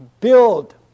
build